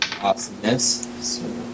Awesomeness